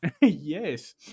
Yes